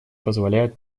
позволяет